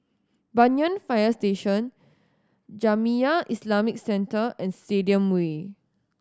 Banyan Fire Station Jamiyah Islamic Centre and Stadium Way